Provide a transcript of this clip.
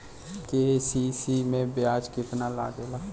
KCC में ब्याज कितना लागेला?